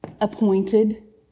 appointed